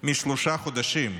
משלושה חודשים.